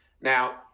Now